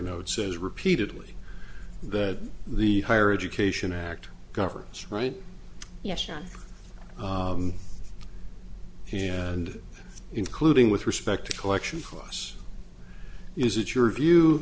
note says repeatedly that the higher education act government's right here and including with respect to collection for us is it your view